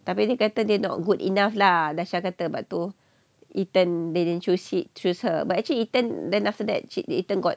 tapi dia kata dia not good enough lah dasha kata sebab tu eton they didn't choose it didn't choose her but actually eton then after that the eton got